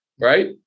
Right